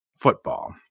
football